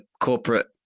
corporate